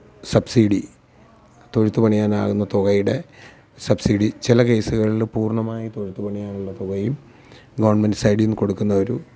subsidy തൊഴുത്ത് പണിയാനാകുന്ന തുകയുടെ സബ്സിഡി ചില കേസുകളിൽ പൂര്ണ്ണമായി തൊഴുത്ത് പണിയാനുള്ള തുകയും ഗവണ്മെന്റ് സൈഡിൽ നിന്ന് കൊടുക്കുന്ന ഒരു